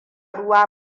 ruwa